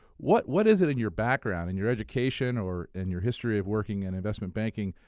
what what is it in your background, in your education, or in your history of working in investment banking?